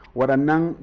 waranang